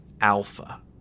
Alpha